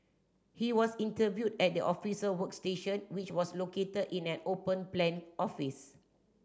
he was interviewed at the officer workstation which was located in an open plan office